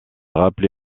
rappelé